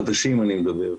חדשים, אני מדבר.